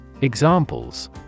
Examples